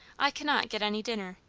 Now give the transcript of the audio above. i cannot get any dinner.